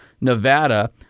Nevada